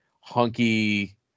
hunky